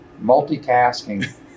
multitasking